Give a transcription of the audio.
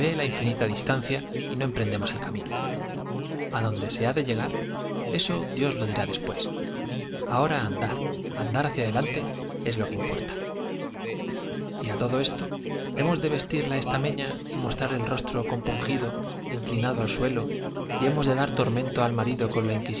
la infinita distancia y no emprendemos el camino a dónde se ha de llegar eso dios lo dirá después ahora andar andar hacia adelante es lo que importa y a todo esto hemos de vestir de estameña y mostrar el rostro compungido inclinado al suelo y hemos de dar tormento al marido con la